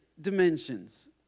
dimensions